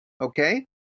Okay